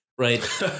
right